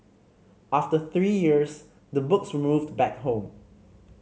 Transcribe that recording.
after three years the books were moved back home